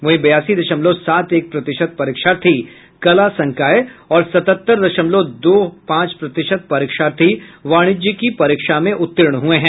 वहीं बयासी दशमलव सात एक प्रतिशत परीक्षार्थी कला संकाय और सतहत्तर दशमलव दो पांच प्रतिशत परीक्षार्थी वाणिज्य की परीक्षा में उत्तीर्ण हुए हैं